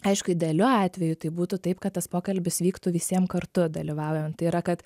aišku idealiu atveju tai būtų taip kad tas pokalbis vyktų visiem kartu dalyvaujant tai yra kad